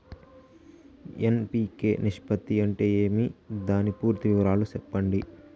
NPK నిష్పత్తి అంటే ఏమి దాని పూర్తి వివరాలు సెప్పండి?